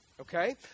Okay